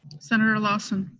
senator lawson?